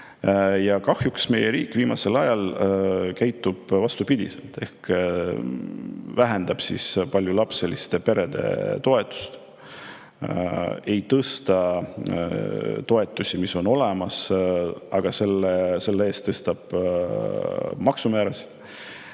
Kahjuks meie riik viimasel ajal käitub vastupidiselt ehk vähendab paljulapseliste perede toetust, ei tõsta toetusi, mis on olemas, aga samas tõstab maksumäärasid,